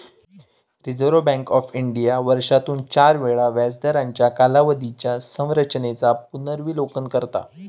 reserve Bank of India वर्षातून चार वेळा व्याजदरांच्या कालावधीच्या संरचेनेचा पुनर्विलोकन करता